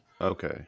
Okay